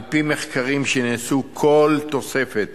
על-פי מחקרים שנעשו, כל תוספת